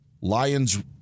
Lions